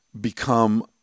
become